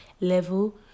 level